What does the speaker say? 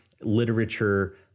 literature